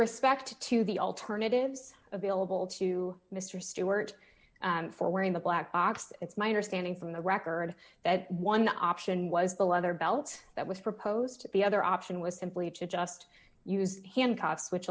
respect to the alternatives available to mr stewart for wearing the black box it's my understanding from the record that one option was the leather belt that was proposed to be other option was simply to just use hancock's which